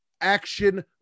action